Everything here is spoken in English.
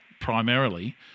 primarily